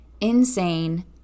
insane